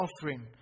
offering